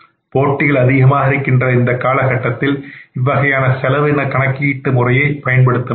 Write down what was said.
போட்டிகள் அதிகமாக இருக்கின்ற காலகட்டத்தில் இவ்வகையான செலவின கணக்கு முறையை பயன்படுத்த முடியும்